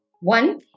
one